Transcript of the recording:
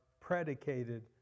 predicated